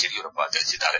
ಯಡಿಯೂರಪ್ಪ ತಿಳಿಸಿದ್ದಾರೆ